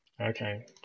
Okay